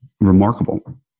remarkable